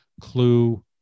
clue